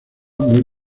muy